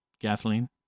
Gasoline